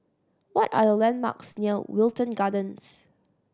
what are the landmarks near Wilton Gardens